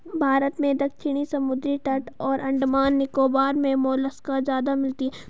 भारत में दक्षिणी समुद्री तट और अंडमान निकोबार मे मोलस्का ज्यादा मिलती है